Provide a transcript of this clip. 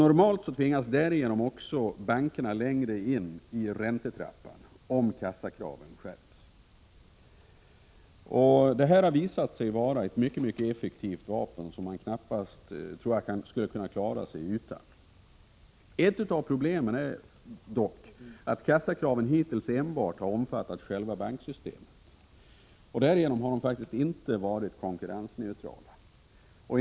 Normalt tvingas bankerna därigenom längre in i räntetrappan, om kassakraven skärps. Detta har visat sig vara ett mycket effektivt vapen, som man knappast skulle kunna klara sig utan. Ett av problemen är dock att kassakraven hittills enbart har omfattat själva banksystemet. Därigenom har de inte varit konkurrensneutrala.